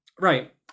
Right